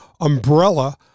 umbrella